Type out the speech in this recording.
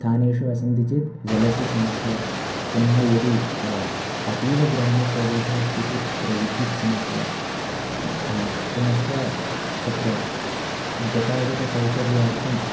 स्थानेषु वसन्ति चेत् जलस्य समस्या पुनः यदि अतीवग्रामप्रदेशे अस्ति चेत् तत्र विद्युत्समस्या पुनश्च तत्र गतागतसौकर्यार्थं